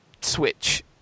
switch